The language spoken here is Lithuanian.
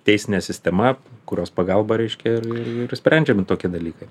teisinė sistema kurios pagalba reiškia ir ir išsprendžiami tokie dalykai